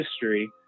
history